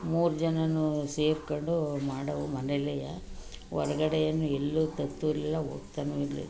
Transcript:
ಮೂರು ಜನರೂ ಸೇರ್ಕೊಂಡು ಮಾಡೋವ್ರು ಮನೆಯಲ್ಲೆ ಹೊರ್ಗಡೆ ಏನು ಎಲ್ಲೂ ತರ್ತಾನೂ ಇರಲಿಲ್ಲ ಹೋಗ್ತಾನು ಇರಲಿಲ್ಲ